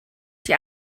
die